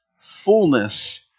fullness